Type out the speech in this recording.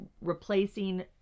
replacing